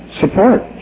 support